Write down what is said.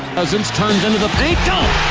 as it's turned into the beatdown